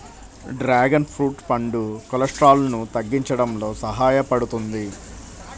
dragon fruit పండు కొలెస్ట్రాల్ను తగ్గించడంలో సహాయపడుతుంది